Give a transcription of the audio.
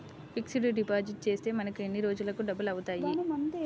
Fixed deposit చేస్తే మనకు ఎన్ని రోజులకు డబల్ అవుతాయి?